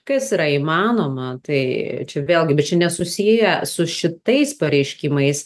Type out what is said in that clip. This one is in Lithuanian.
kas yra įmanoma tai čia vėlgi bet čia nesusiję su šitais pareiškimais